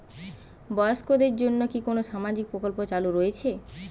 বয়স্কদের জন্য কি কোন সামাজিক প্রকল্প চালু রয়েছে?